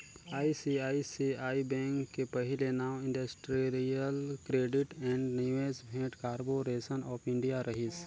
ICICI bank के पहिले नांव इंडस्टिरियल क्रेडिट ऐंड निवेस भेंट कारबो रेसन आँफ इंडिया रहिस